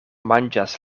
manĝas